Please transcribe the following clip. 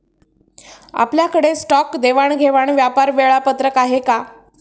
आपल्याकडे स्टॉक देवाणघेवाण व्यापार वेळापत्रक आहे का?